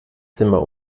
zimmer